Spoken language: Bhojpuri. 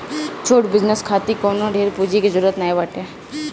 छोट बिजनेस खातिर कवनो ढेर पूंजी के जरुरत नाइ बाटे